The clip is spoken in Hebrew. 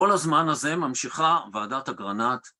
‫רוני לכי לישון.